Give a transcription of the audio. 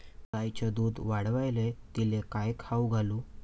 गायीचं दुध वाढवायले तिले काय खाऊ घालू?